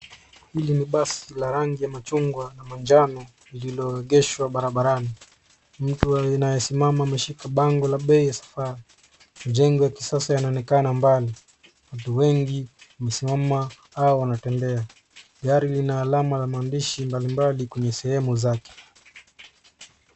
Hili ni basi la rangi ya machungwa na manjano lililoegeshwa barabarani mtu aliyesimama amebeba bango la bei ya safari. Majengo ya kisasa yanaonekana mbali. Watu wengi wamesimama au wanatembea gari lina alama ya maandishi mbalimbali kwenye sehemu yake.